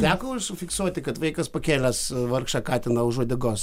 teko užfiksuoti kad vaikas pakėlęs vargšą katiną už uodegos